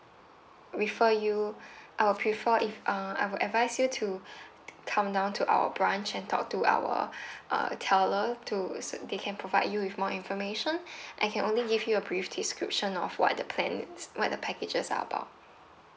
refer you I will prefer if uh I would advise you to come down to our branch and talk to our uh teller to so they can provide you with more information I can only give you a brief description of what the plan is what the packages are about